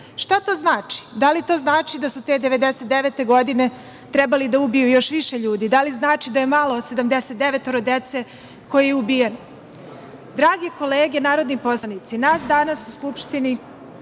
Šta to znači? Da li to znači da su te 1999. godine trebali da ubiju još više ljudi? Da li znači da je malo 79 dece koje je ubijeno? Drage kolege narodni poslanici, nas mladih danas u Skupštini